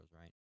right